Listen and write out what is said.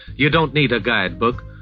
you don't need a guide book.